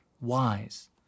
wise